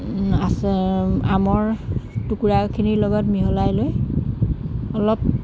আচাৰ আমৰ টুকুৰাখিনিৰ লগত মিহলাই লৈ অলপ